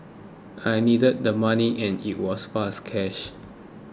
I needed the money and it was fast cash